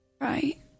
Right